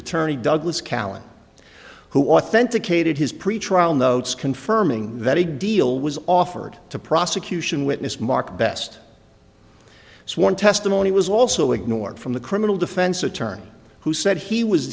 attorney douglas callan who authenticated his pretrial notes confirming that a deal was offered to prosecution witness mark best sworn testimony was also ignored from the criminal defense attorney who said he was